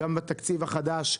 גם בתקציב החדש,